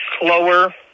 slower